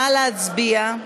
נא להצביע.